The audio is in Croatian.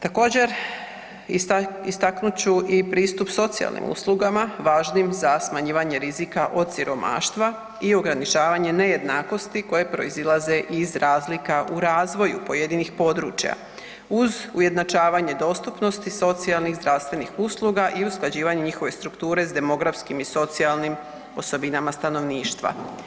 Također istaknut ću i pristup socijalnim uslugama važnim za smanjivanje rizika od siromaštva i ograničavanje nejednakosti koja proizlaze iz razlika u razvoju pojedinih područja uz ujednačavanje dostupnosti socijalnih i zdravstvenih usluga i usklađivanje njihove strukture s demografskim i socijalnim osobinama stanovništva.